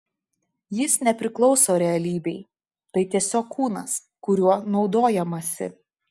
jis nepriklauso realybei tai tiesiog kūnas kuriuo naudojamasi